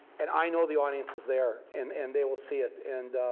and i know the audience is there, and and they will see it. and